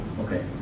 Okay